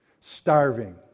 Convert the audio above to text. starving